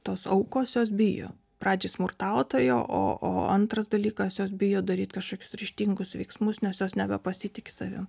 tos aukos jos bijo pradžiai smurtautojo o o antras dalykas jos bijo daryt kažkokius ryžtingus veiksmus nes jos nebepasitiki savim